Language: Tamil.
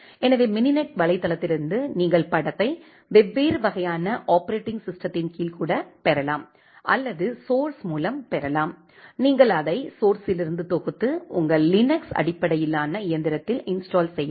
எனவே மினினெட் வலைத்தளத்திலிருந்து நீங்கள் படத்தை வெவ்வேறு வகையான ஆப்பரேட்டிங் சிஸ்டத்தின் கீழ் கூட பெறலாம் அல்லது சோர்ஸ் மூலம் பெறலாம் நீங்கள் அதை சோர்ஸ்லிருந்து தொகுத்து உங்கள் லினக்ஸ் அடிப்படையிலான இயந்திரத்தில் இன்ஸ்டால் செய்யலாம்